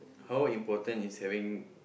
how important is having